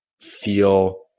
feel